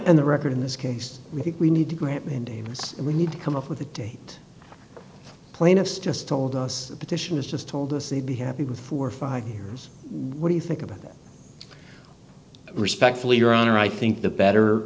and the record in this case we think we need to grant mandamus we need to come up with a date plaintiffs just told us the petition has just told us they'd be happy with for five years what do you think about that respectfully your honor i think the better